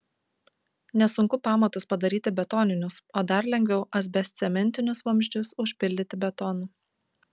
nesunku pamatus padaryti betoninius o dar lengviau asbestcementinius vamzdžius užpildyti betonu